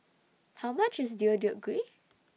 How much IS Deodeok Gui